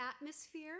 atmosphere